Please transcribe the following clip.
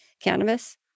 cannabis